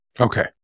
Okay